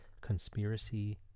Conspiracy